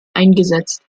eingesetzt